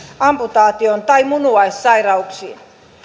amputaatioon tai munuaissairauksiin